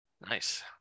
Nice